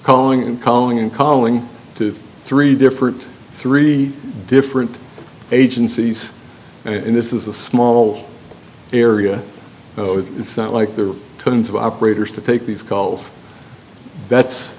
calling and calling and calling to three different three different agencies and this is a small area it's not like there are tons of operators to take these calls that's